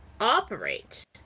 operate